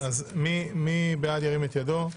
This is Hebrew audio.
מי בעד, ירים את ידו?